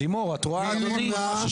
אין.